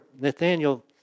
Nathaniel